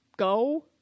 go